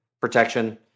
protection